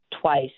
twice